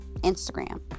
Instagram